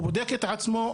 הוא בודק את עצמו,